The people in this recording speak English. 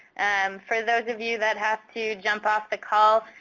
for those of you that have to jump off the call,